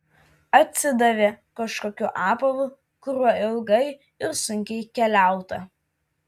atsidavė kažkokiu apavu kuriuo ilgai ir sunkiai keliauta